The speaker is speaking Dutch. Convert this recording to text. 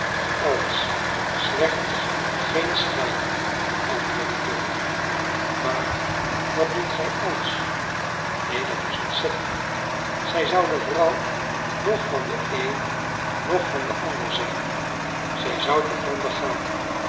alles slechts geen scheiding antwoordde dolly maar wat noemt gij alles neen dat is ontzettend zij zou de vrouw noch van den een noch van den ander zijn zij zou te gronde gaan